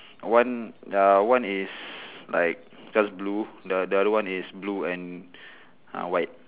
one uh one is like just blue the the other one is blue and uh white